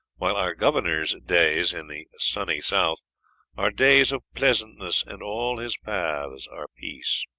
while our governor's days in the sunny south are days of pleasantness, and all his paths are peace.